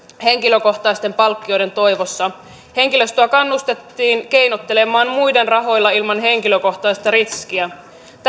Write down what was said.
henkilökohtaisten palkkioiden toivossa henkilöstöä kannustettiin keinottelemaan muiden rahoilla ilman henkilökohtaista riskiä